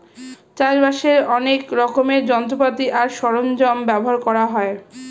চাষবাসের অনেক রকমের যন্ত্রপাতি আর সরঞ্জাম ব্যবহার করা হয়